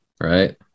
right